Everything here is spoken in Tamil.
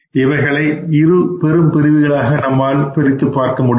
இவைகளை இரு பெரும் பிரிவுகளாக பிரிக்க முடியும்